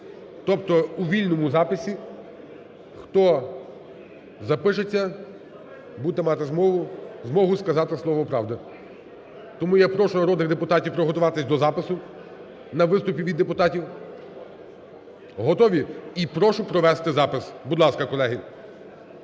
тобто у вільному записі, хто запишеться, буде мати змогу сказати слово правди. Тому я прошу народних депутатів приготуватися до запису на виступи від депутатів. Готові? І прошу провести запис, будь ласка, колеги.